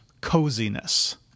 coziness